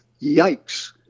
yikes